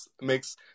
makes